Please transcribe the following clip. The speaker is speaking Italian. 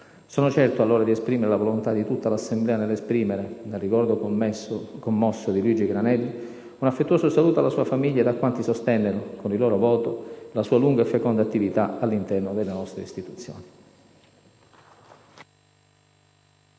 Sono certo allora di esprimere la volontà di tutta l'Assemblea nell'esprimere, nel ricordo commosso di Luigi Granelli, un affettuoso saluto alla sua famiglia ed a quanti sostennero, con il loro voto, la sua lunga e feconda attività all'interno delle nostre istituzioni.